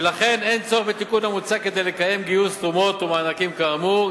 ולכן אין צורך בתיקון המוצע כדי לקיים גיוס תרומות ומענקים כאמור.